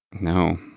No